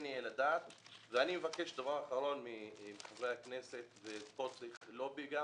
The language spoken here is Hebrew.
אני מבקש דבר אחרון מחברי הכנסת וכאן צריך להיות לובי,